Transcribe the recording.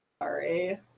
sorry